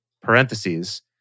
parentheses